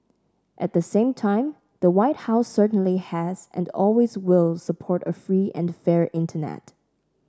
at the same time the White House certainly has and always will support a free and fair internet